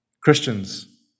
Christians